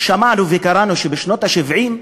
שמענו וקראנו כשבשנות ה-70,